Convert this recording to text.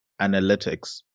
analytics